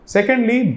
Secondly